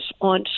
on